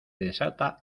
desata